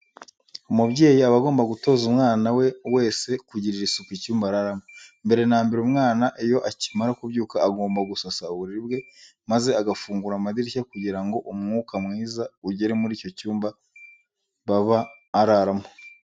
Umubyeyi aba agomba gutoza umwana we wese kugirira isuku icyumba araramo. Mbere na mbere umwana iyo akimara kubyuka agomba gusasa uburiri bwe maze agafungura amadirishya kugira ngo umwuka myiza ugere muri icyo cyumba baba araramo.